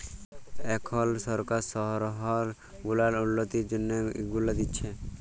এখল সরকার শহর গুলার উল্ল্যতির জ্যনহে ইগুলা দিছে